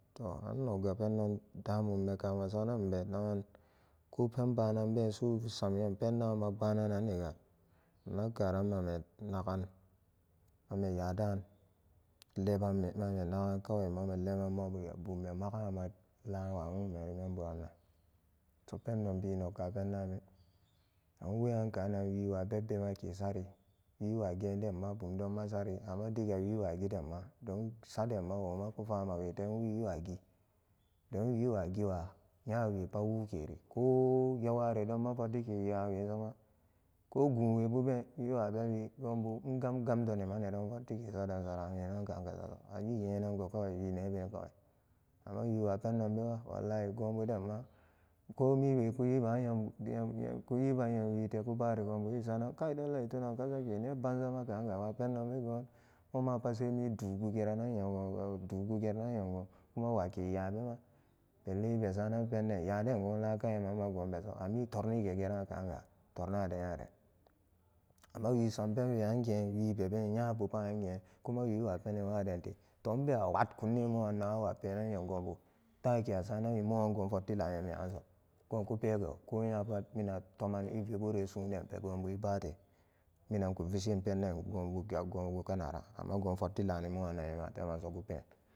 Toh an nogge penden damum me kamesara nan nma nagan ko pen banan been su san nyarum penan ma baanananniga nnak karan mame baananigan mame yadan lebban mame bumme magaanan ma laan wa nwuume ra men baanan pendon biin nok to pendaan be weyan kaanan wiwa pendaan bega an weyan ka nan wiwa bebbema nke sari wiwa giden ma sari amma diga nbewa giden do saden ma woma ku fama wote wiwagi don wiwi a giwa nya we pa wuke koo yewaredon ma fotti ke ye waan soma koguunwe bubeen wiwa bebi ko goonbu ngam gam denima nedon fortike sadon saranan kagiso i nenango kawe wi ne been kawai amma wi wa pendon bema wallahi komiwe ku yibaan nyam ku yiban nyam wite kubari goon buma isanan kai doalla i tunan sake ne ban zama kaan ga wa pendon be momaan pa semi duu gugeranan nyan goon kuma wake yaa be ma belle i be saanan penden yaden goon la ka yaman ma goon beso a mi torni ge ge raan kaanga torna de nya re amma wiso m penwe wibe been nyabu pa wibe been kuma wi wa peni waden te to nbewa pwakur ne mo anma awa penan nyam gobu dake a saranan goo fofti laan nyam yaranso goon ku pego ko nya pad mina toma ivibure suun ke den pe ibate minan ku vishin penden gobu gonbu kanaran goo fotti laani moanso ku peen.